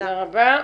תודה רבה.